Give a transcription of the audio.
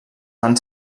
van